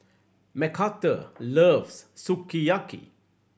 Macarthur loves Sukiyaki